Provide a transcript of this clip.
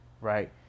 Right